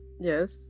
Yes